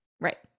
Right